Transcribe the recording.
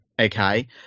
Okay